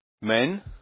Men